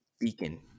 Beacon